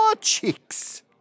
chicks